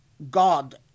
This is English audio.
God